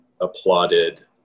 applauded